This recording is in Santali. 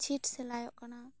ᱪᱷᱤᱴ ᱥᱮᱞᱟᱭᱚᱜ ᱠᱟᱱᱟ